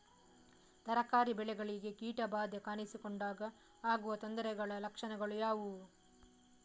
ತರಕಾರಿ ಬೆಳೆಗಳಿಗೆ ಕೀಟ ಬಾಧೆ ಕಾಣಿಸಿಕೊಂಡಾಗ ಆಗುವ ತೊಂದರೆಗಳ ಲಕ್ಷಣಗಳು ಯಾವುವು?